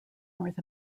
north